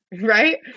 right